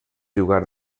jugar